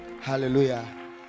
Hallelujah